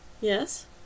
Yes